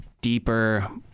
deeper